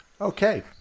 Okay